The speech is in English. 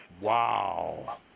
Wow